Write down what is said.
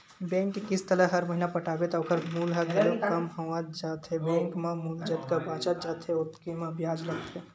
bank के किस्त ल हर महिना पटाबे त ओखर मूल ह घलोक कम होवत जाथे बेंक म मूल जतका बाचत जाथे ओतके म बियाज लगथे